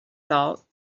thought